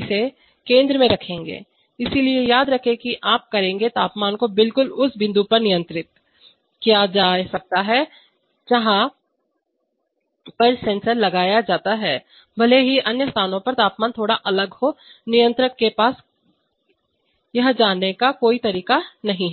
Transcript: इसे केंद्र में रखेंगे इसलिए याद रखें कि आप करेंगे तापमान को बिल्कुल उस बिंदु पर नियंत्रित किया जा है जहां पर जहां सेंसर लगाया जाता है भले ही अन्य स्थानों पर तापमान थोड़ा अलग हो नियंत्रक के पास यह जानने का कोई तरीका नहीं है